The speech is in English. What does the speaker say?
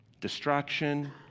distraction